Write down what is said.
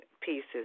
Pieces